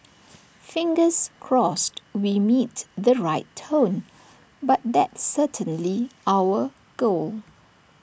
fingers crossed we meet the right tone but that's certainly our goal